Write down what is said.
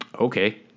okay